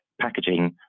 packaging